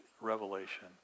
revelation